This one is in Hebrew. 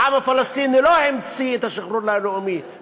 העם הפלסטיני לא המציא את השחרור הלאומי,